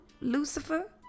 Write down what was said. Lucifer